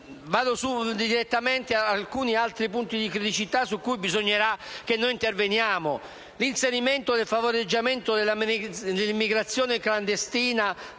ora direttamente ad alcuni punti di criticità su cui bisognerà intervenire. L'inserimento del favoreggiamento dell'immigrazione clandestina